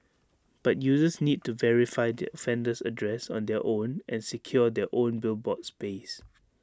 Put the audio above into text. but users need to verify the offender's address on their own and secure their own billboard space